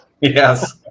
Yes